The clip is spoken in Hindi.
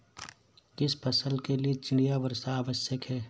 किस फसल के लिए चिड़िया वर्षा आवश्यक है?